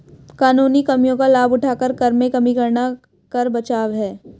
कानूनी कमियों का लाभ उठाकर कर में कमी करना कर बचाव है